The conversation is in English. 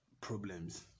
problems